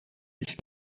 ich